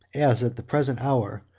as at the present hour,